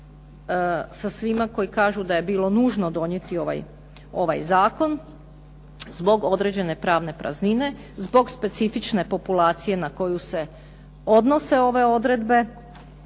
sa svima koji kažu da je bilo nužno donijeti ovaj zakon zbog određene pravne praznine, zbog specifične populacije na koju se odnose ove odredbe.